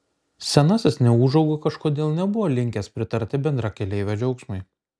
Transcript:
senasis neūžauga kažkodėl nebuvo linkęs pritarti bendrakeleivio džiaugsmui